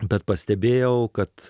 bet pastebėjau kad